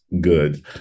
good